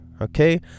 okay